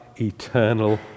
eternal